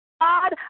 God